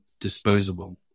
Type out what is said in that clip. disposable